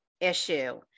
issue